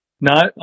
no